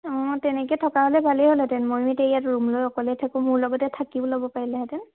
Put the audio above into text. অঁ তেনেকে থকা হ'লে ভালেই হ'লেহেঁতেন ময়ো এতিয়া ইয়াত ৰুম লৈ অকলে থাকো মোৰ লগতে থাকিও ল'ব পাৰিলেহেঁতেন